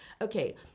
Okay